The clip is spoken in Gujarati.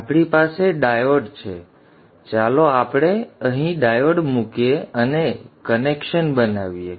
હવે આપણી પાસે ડાયોડ છે અને ચાલો આપણે અહીં ડાયોડ મૂકીએ અને કનેક્શન બનાવીએ